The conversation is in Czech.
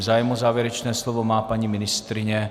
Zájem o závěrečné slovo má paní ministryně.